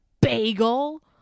Bagel